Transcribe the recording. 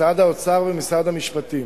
משרד האוצר ומשרד המשפטים.